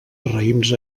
raïms